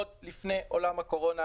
עוד לפני עולם הקורונה,